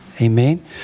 Amen